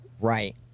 right